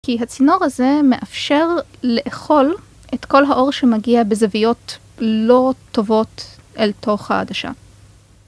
כי הצינור הזה מאפשר לאכול את כל האור שמגיע בזוויות לא טובות אל תוך העדשה.